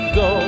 go